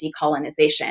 decolonization